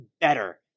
better